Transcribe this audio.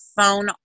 phone